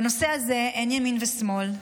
בנושא הזה אין ימין ושמאל,